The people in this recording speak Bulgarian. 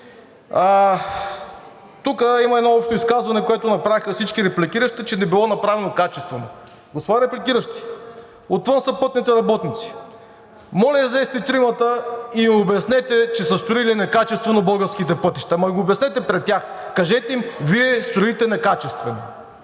Тук има едно общо изказване, което направиха всички репликиращи, че не е било направено качествено. Господа репликиращи, отвън са пътните работници, моля, излезте тримата и им обяснете, че са строили некачествено българските пътища, ама го обяснете пред тях. Кажете им: „Вие строите некачествено.“